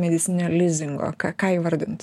medicininio lizingo ką ką įvardint